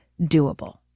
doable